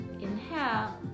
inhale